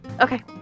Okay